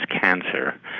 cancer